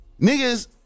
Niggas